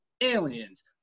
aliens